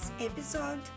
episode